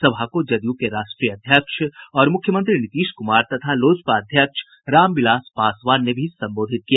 सभा को जदयू के राष्ट्रीय अध्यक्ष और मुख्यमंत्री नीतीश कुमार तथा लोजपा अध्यक्ष रामविलास पासवान ने भी संबोधित किया